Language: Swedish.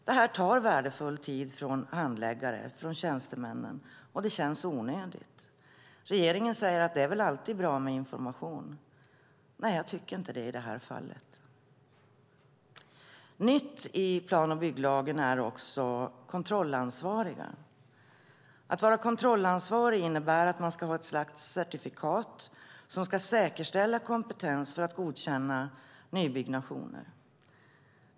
Det här tar värdefull tid för tjänstemännen, och det känns onödigt. Regeringen säger att det är alltid bra med information. Nej, jag tycker inte det i det här fallet. Nytt i plan och bygglagen är också kontrollansvariga. Att vara kontrollansvarig innebär att man ska ha ett slags certifikat som ska säkerställa kompetens för att godkänna nybyggnationer.